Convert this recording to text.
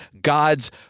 God's